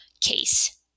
case